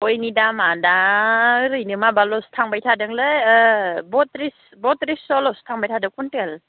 गयनि दामा दा ओरैनो माबाल'सो थांबाय थादोंलै ओ बथ्रिस बथ्रिसस'लसो थांबाय थादो कुइनटेल